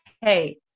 hey